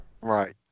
Right